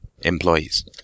employees